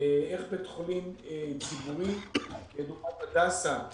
איך בית חולים ציבורי דוגמת הדסה,